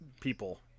people